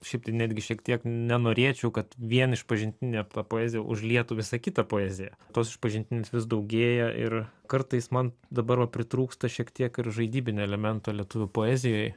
šiaip tai netgi šiek tiek nenorėčiau kad vien išpažintinė ta poezija užlietų visą kitą poeziją tos išpažintinės vis daugėja ir kartais man dabar va pritrūksta šiek tiek ir žaidybinio elemento lietuvių poezijoj